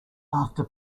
after